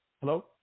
hello